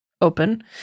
open